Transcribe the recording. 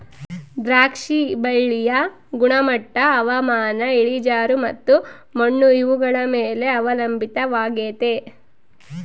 ದ್ರಾಕ್ಷಿ ಬಳ್ಳಿಯ ಗುಣಮಟ್ಟ ಹವಾಮಾನ, ಇಳಿಜಾರು ಮತ್ತು ಮಣ್ಣು ಇವುಗಳ ಮೇಲೆ ಅವಲಂಬಿತವಾಗೆತೆ